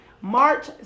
March